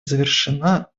завершена